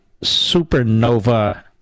supernova